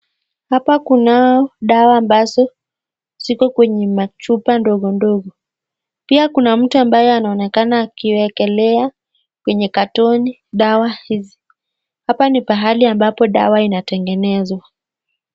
Hapa kunao dawa ambazo ziko kwenye machupa ndogo ndogo pia kuna mtu ambaye anaonekana akiwekalea kwenye katoni dawq hizi hapa ni pahali ambapo dawa zinatengenezwa.